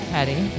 Patty